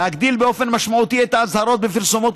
להגדיל באופן משמעותי את האזהרות בפרסומות